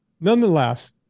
Nonetheless